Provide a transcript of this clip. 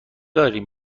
داریم